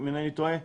אם אינני טועה,